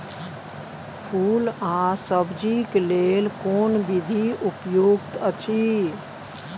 फूल आ सब्जीक लेल कोन विधी उपयुक्त अछि?